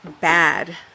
bad